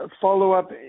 follow-up